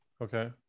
Okay